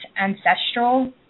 ancestral